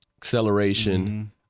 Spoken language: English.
acceleration